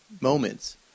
moments